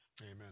Amen